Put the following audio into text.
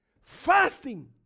fasting